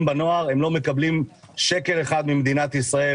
בנוער הם לא מקבלים שקל אחד ממדינת ישראל,